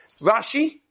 Rashi